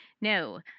No